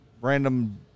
random